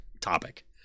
topic